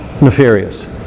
Nefarious